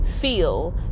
feel